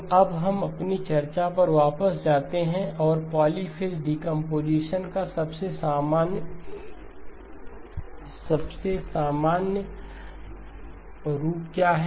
तो अब हम अपनी चर्चा पर वापस जाते हैं पॉलीफ़ेज़ डीकंपोजीशन का सबसे सामान्य रूप क्या है